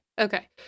okay